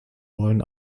wollen